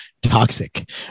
toxic